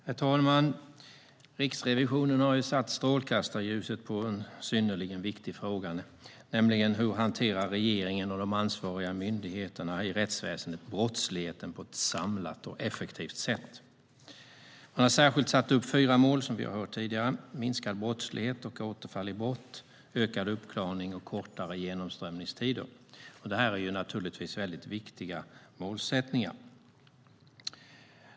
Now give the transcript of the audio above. Herr talman! Riksrevisionen har satt strålkastarljuset på en synnerligen viktig fråga, nämligen hur regeringen och de ansvariga myndigheterna i rättsväsendet hanterar brottsligheten på ett samlat och effektivt sätt. Man har särskilt satt upp fyra mål, som vi har hört tidigare: minskad brottslighet och återfall i brott, ökad uppklarning och kortare genomströmningstider. Det är viktiga målsättningar.